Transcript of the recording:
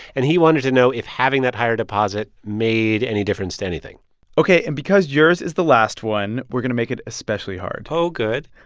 and he wanted to know if having that higher deposit made any difference to anything ok. and because yours is the last one, we're going to make it especially hard oh, good